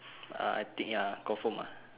but I I think ya confirm ah